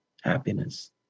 happiness